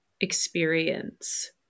experience